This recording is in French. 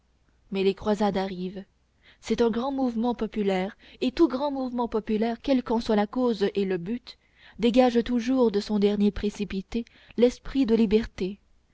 mais les croisades arrivent c'est un grand mouvement populaire et tout grand mouvement populaire quels qu'en soient la cause et le but dégage toujours de son dernier précipité l'esprit de liberté